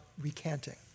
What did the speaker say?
recanting